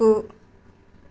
गु